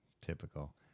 Typical